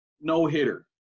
no-hitter